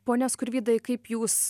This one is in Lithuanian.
pone skurvydai kaip jūs